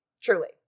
Truly